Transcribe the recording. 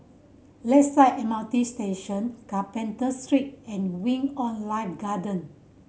Lakeside M R T Station Carpenter Street and Wing On Life Garden